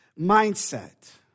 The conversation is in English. mindset